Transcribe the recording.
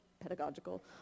pedagogical